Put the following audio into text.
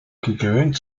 gekrönt